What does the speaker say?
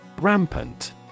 Rampant